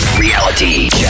Reality